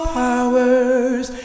powers